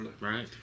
Right